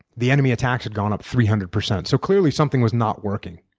the enemy attacks had gone up three hundred percent so clearly something was not working.